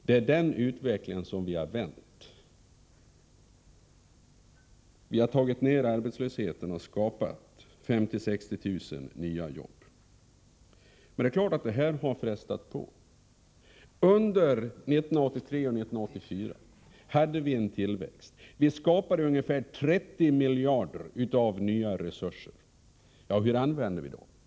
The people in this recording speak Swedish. Det är den trenden som vi har vänt. Vi har fått ned arbetslösheten och skapat 50 000-60 000 nya jobb. Det är klart att detta har inneburit påfrestningar. Under 1983 och 1984 hade vi en tillväxt. Vi skapade nya resurser — det rörde sig om ungefär 30 miljarder. Hur använde vi då dessa pengar?